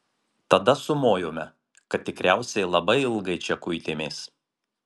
tada sumojome kad tikriausiai labai ilgai čia kuitėmės